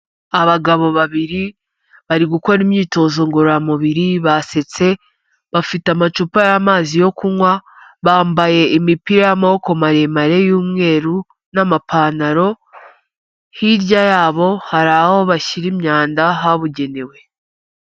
Abagabo babiri bari gukora imyitozo ngororamubiri basetse bafite amacupa y'amazi yo kunywa, bambaye imipira y'amaboko maremare y'umweru n'amapantaro, hirya yabo hari aho bashyira imyanda habugenewe.